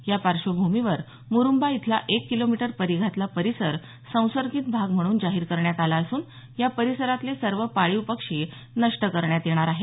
या पार्श्वभूमीवर मुरुंबा इथला एक किलोमीटर परिघातला परिसर संसर्गित भाग म्हणून जाहीर करण्यात आला असून या परिसरातले सर्व पाळीव पक्षी नष्ट करण्यात येणार आहेत